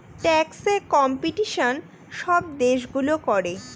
ট্যাক্সে কম্পিটিশন সব দেশগুলো করে